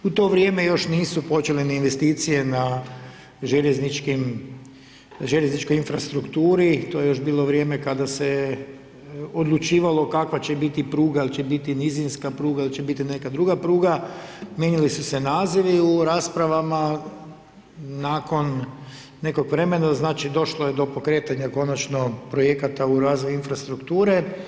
U to vrijeme još nisu počele ni investicije na željezničkoj infrastrukturi, to je još bilo vrijeme kada se odlučivalo kakva će biti pruga, hoće li biti nizinska pruga ili će biti neka druga pruga, mijenjali su se nazivi u raspravama, nakon nekog vremena, došlo je do pokretanja konačno projekata u razvoju infrastrukture.